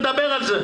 נדבר על זה,